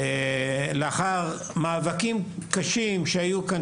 לאחר מאבקים קשים שהיו כאן,